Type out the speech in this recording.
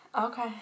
Okay